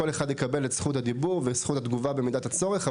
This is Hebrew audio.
כל אחד יקבל את זכות הדיבור ואת זכות התגובה במידת הצורך.